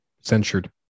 censured